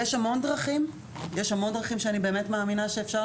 לפני שנתיים עשינו מדיניות הצבעה באספות